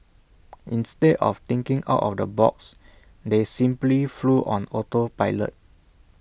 instead of thinking out of the box they simply flew on auto pilot